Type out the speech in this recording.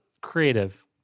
Creative